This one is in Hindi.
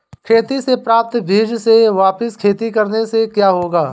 खेती से प्राप्त बीज से वापिस खेती करने से क्या होगा?